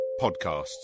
podcasts